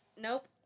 nope